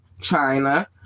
China